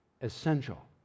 essential